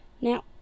Now